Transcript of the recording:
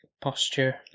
posture